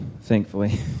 thankfully